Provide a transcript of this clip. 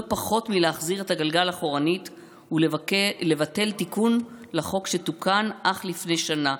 לא פחות מלהחזיר את הגלגל אחורנית ולבטל תיקון לחוק שתוקן אך לפני שנה,